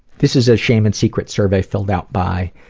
this is a shame and secret survey filled out by